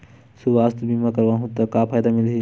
सुवास्थ बीमा करवाहू त का फ़ायदा मिलही?